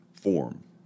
form